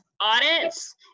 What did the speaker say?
audits